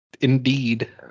Indeed